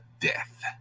Death